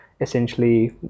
essentially